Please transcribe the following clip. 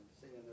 seeing